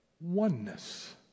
Oneness